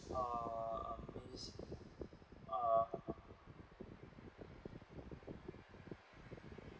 uh amaze uh